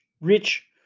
rich